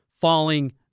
falling